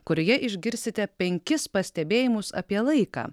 kurioje išgirsite penkis pastebėjimus apie laiką